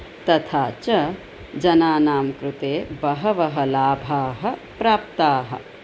तथा च जनानां कृते बहवः लाभाः प्राप्ताः